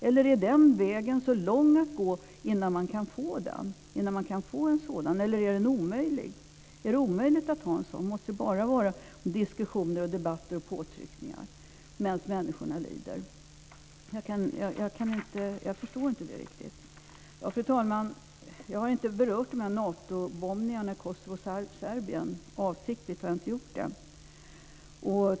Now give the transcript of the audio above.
Eller är den vägen så lång att gå innan man kan få en sådan? Eller är den omöjlig? Är det omöjligt att ha en sådan? Måste det bara vara diskussioner, debatter och påtryckningar medan människorna lider? Jag förstår inte det riktigt. Fru talman! Jag har avsiktligt inte berört Natobombningarna i Kosovo och Serbien.